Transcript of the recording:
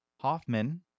Hoffman